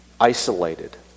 isolated